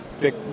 big